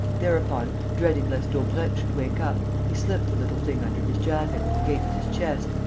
thereupon, dreading lest daubrecq should wake up, he slipped the little thing under his jacket, against his chest,